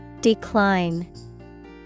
Decline